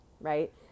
right